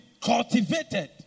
cultivated